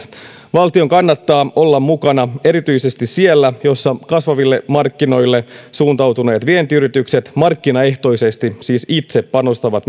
valtion kannattaa olla mukana erityisesti siellä missä kasvaville markkinoille suuntautuneet vientiyritykset markkinaehtoisesti siis itse